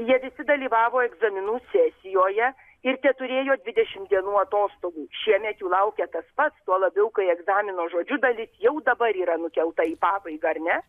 jie visi dalyvavo egzaminų sesijoje ir teturėjo dvidešimt dienų atostogų šiemet jų laukia tas pats tuo labiau kai egzamino žodžiu dalis jau dabar yra nukelta į pabaigą ar ne